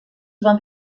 van